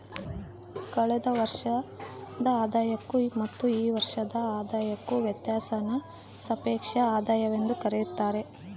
ಕಳೆದ ವರ್ಷದ ಆದಾಯಕ್ಕೂ ಮತ್ತು ಈ ವರ್ಷದ ಆದಾಯಕ್ಕೂ ವ್ಯತ್ಯಾಸಾನ ಸಾಪೇಕ್ಷ ಆದಾಯವೆಂದು ಕರೆಯುತ್ತಾರೆ